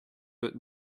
but